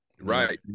Right